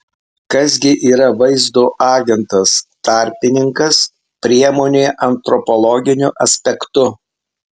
kas gi yra vaizdo agentas tarpininkas priemonė antropologiniu aspektu